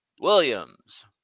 Williams